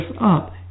up